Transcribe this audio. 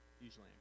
Usually